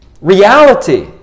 reality